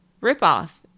Rip-off